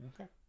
Okay